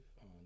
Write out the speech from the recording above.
on